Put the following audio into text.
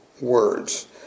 words